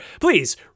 please